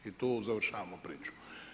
I tu završavamo priču.